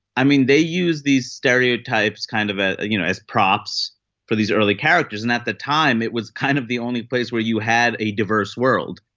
i mean they use these stereotypes kind of ah you know as props for these early characters and at the time it was kind of the only place where you had a diverse world.